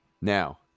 now